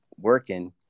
working